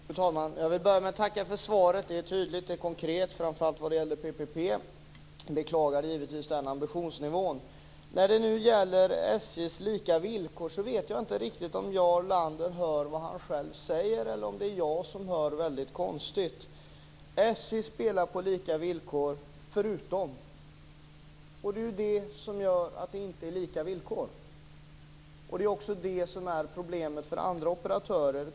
Fru talman! Jag vill börja med att tacka för svaret. Det är tydligt och konkret, framför allt vad det gäller PPP. Jag beklagar givetvis ambitionsnivån. Jag vet inte om Jarl Lander hör vad han själv säger om SJ:s lika villkor eller om jag hör konstigt. Jarl Lander säger att SJ spelar på lika villkor, förutom . Det är det som gör att det inte är lika villkor. Det är också problemet för andra operatörer.